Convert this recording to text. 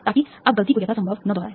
ताकि आप गलती को यथासंभव न दोहराएं